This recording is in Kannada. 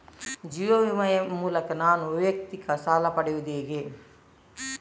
ಜೀವ ವಿಮೆ ಮೂಲಕ ನಾನು ವೈಯಕ್ತಿಕ ಸಾಲ ಪಡೆಯುದು ಹೇಗೆ?